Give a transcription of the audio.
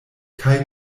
kaj